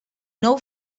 nou